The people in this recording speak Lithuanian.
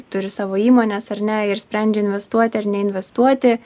turi savo įmones ar ne ir sprendžia investuoti ar neinvestuoti